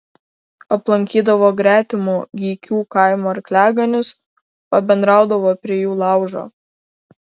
aplankydavo gretimo gykių kaimo arkliaganius pabendraudavo prie jų laužo